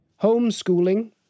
Homeschooling